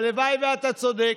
הלוואי שאתה צודק.